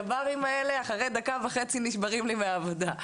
אחרי דקה וחצי נשברים מהעבודה.